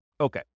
Okay